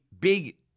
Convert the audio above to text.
big